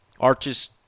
Arches